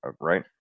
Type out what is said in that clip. right